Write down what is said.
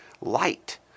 light